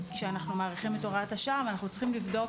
כשאנחנו מאריכים את הוראת השעה אבל אנחנו צריכים לבדוק